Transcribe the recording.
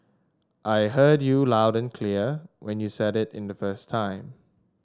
I heard you loud and clear when you said it the first time